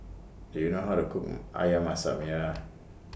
Do YOU know How to Cook Ayam Masak Merah